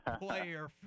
player